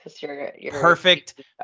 Perfect